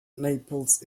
naples